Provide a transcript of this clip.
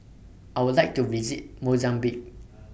I Would like to visit Mozambique